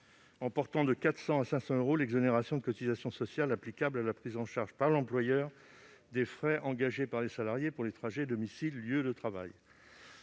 en portant de 400 euros à 500 euros l'exonération de cotisations sociales applicable à la prise en charge par l'employeur des frais engagés par les salariés pour les trajets entre le domicile et le lieu de travail.